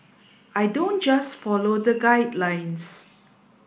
I don't just follow the guidelines